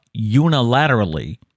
unilaterally